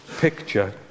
picture